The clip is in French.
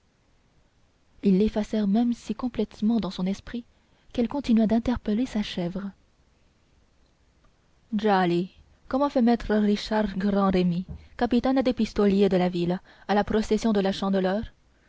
ils l'effacèrent même si complètement dans son esprit qu'elle continua d'interpeller sa chèvre djali comment fait maître guichard grand remy capitaine des pistoliers de la ville à la procession de la chandeleur